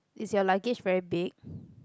is your luggage very big